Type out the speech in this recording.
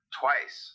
twice